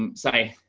um say,